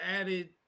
added